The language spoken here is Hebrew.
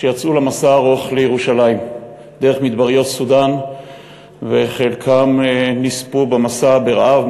שיצאו למסע הארוך לירושלים דרך מדבריות סודאן וחלקם נספו במסע ברעב,